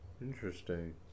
Interesting